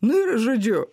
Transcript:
nu ir žodžiu